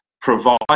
provide